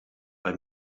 bei